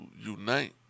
unite